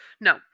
No